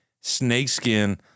snakeskin